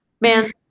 man